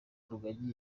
rugagi